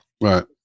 Right